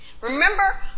Remember